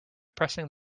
pressing